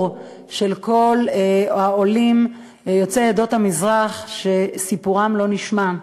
של כל העולים יוצאי עדות המזרח שסיפורם לא נשמע.